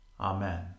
Amen